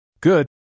Good